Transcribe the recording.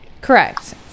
Correct